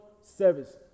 service